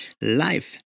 life